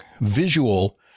visual